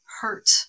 hurt